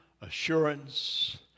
assurance